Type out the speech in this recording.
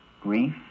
grief